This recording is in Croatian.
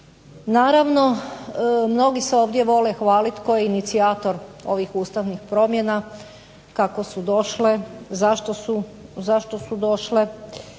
Naravno mnogi se ovdje vole hvaliti tko je inicijator ovih ustavnih promjena, kako su došle, zašto su došle,